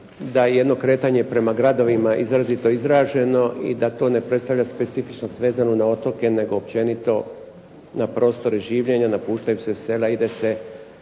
je jedno kretanje prema gradovima izrazito izraženo i da to ne predstavlja specifičnost vezano na otoke nego općenito na prostore življenja. Napuštaju se sela, ide se